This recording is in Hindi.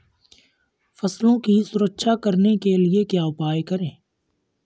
फसलों की सुरक्षा करने के लिए क्या उपाय करें?